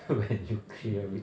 when you clear it